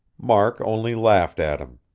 mark only laughed at him.